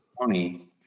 Tony